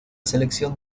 selección